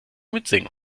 mitsingen